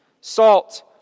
Salt